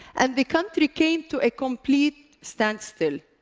and the country came to a complete standstill,